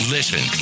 Listen